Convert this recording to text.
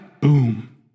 boom